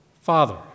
Father